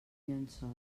llençol